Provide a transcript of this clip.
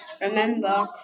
remember